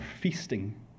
feasting